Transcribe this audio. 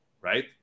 right